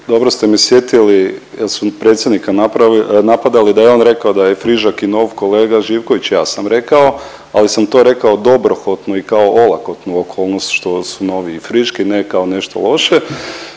dobro ste me sjetili jer su predsjednika napadali da je on rekao da je frižak i nov kolega Živković, ja sam rekao, ali sam to rekao dobrohotno i kao olakotnu okolnost što su novi i friški, ne kao nešto loše.